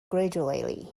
gradually